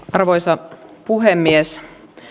arvoisa puhemies